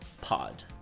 Pod